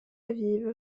aviv